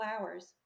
hours